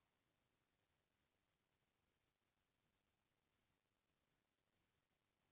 मौसम के बदलाव ले फसल मन ला नुकसान से कइसे बचा सकथन?